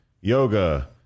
yoga